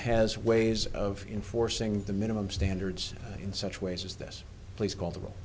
has ways of enforcing the minimum standards in such ways as this place called the will